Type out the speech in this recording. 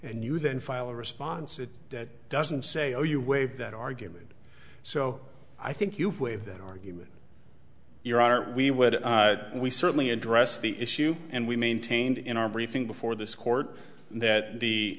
and you then file a response it doesn't say oh you waive that argument so i think you've waive that argument you're are we would we certainly address the issue and we maintained in our briefing before this court that